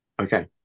okay